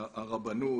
הרבנות.